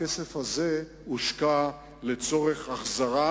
הכסף הזה הושקע לצורך החזרה,